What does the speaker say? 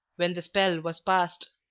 when the spell was past.